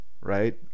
right